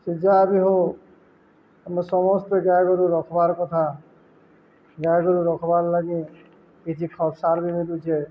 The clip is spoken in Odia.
ସେ ଯାହା ବି ହଉ ଆମେ ସମସ୍ତେ ଗାଈ ଗୋରୁ ରଖ୍ବାର୍ କଥା ଗାଈ ଗୋରୁ ରଖ୍ବାର୍ ଲାଗି କିଛି ଖତ୍ ସାର୍ ବି ମିଳୁଛେ